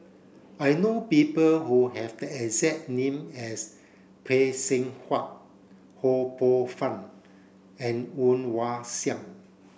I know people who have the exact name as Phay Seng Whatt Ho Poh Fun and Woon Wah Siang